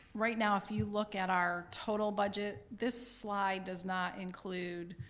right now, if you look at our total budget, this slide does not include